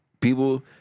people